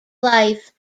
life